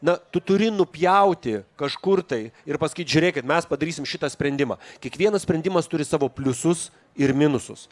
na tu turi nupjauti kažkur tai ir pasakyt žiūrėkit mes padarysim šitą sprendimą kiekvienas sprendimas turi savo pliusus ir minusus